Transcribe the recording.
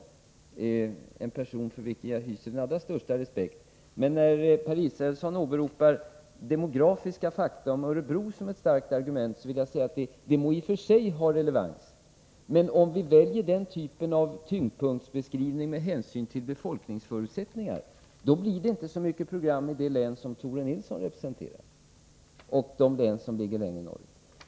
Han är en person för vilken jag hyser den allra största respekt, men när Per Israelsson åberopar demografiska fakta om Örebro som ett starkt argument vill jag säga att detta i och för sig må ha relevans, men om vi väljer den typen av tyngdpunktsbeskrivning med hänsyn till befolkningsförutsättningar, då kommer det inte att göras många program i det län som Tore Nilsson representerar eller de andra län som ligger längre norrut.